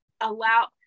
allow